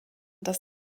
dass